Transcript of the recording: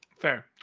Fair